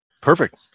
Perfect